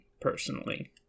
personally